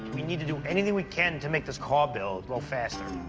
we need to do anything we can to make this car build go faster.